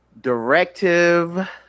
directive